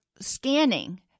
scanning